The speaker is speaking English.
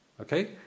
okay